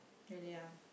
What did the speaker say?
really ah